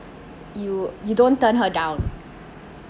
you you don't turn her down